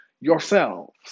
yourselves